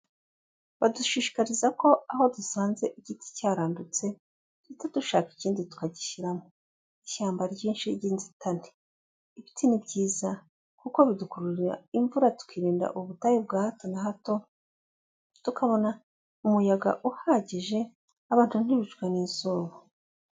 Badushishikariza ko aho dusanze igiti cyarandutse duhita dushaka ikindi tukagishyiramo. Ishyamba ryinshi ry'inzitane. Ibiti ni byiza kuko bidukururira imvura, tukirinda ubutayu bwa hato na hato, tukabona umuyaga uhagije, abantu ntibicwe n'izuba.